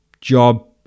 job